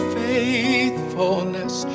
faithfulness